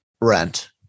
rent